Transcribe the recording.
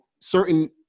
certain